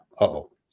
Uh-oh